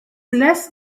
less